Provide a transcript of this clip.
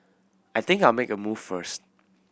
I think I'll make a move first